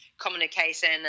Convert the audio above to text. communication